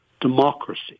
democracy